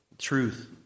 truth